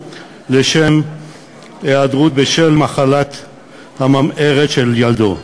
לו לשם היעדרות בשל המחלה הממארת של ילדו,